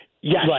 Yes